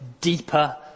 deeper